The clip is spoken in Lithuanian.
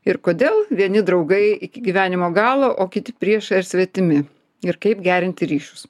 ir kodėl vieni draugai iki gyvenimo galo o kiti priešai ar svetimi ir kaip gerinti ryšius